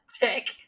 dick